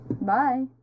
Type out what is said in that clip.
Bye